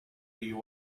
you